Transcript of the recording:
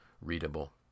readable